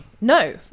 No